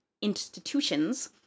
institutions